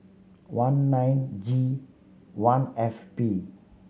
one nine G one F P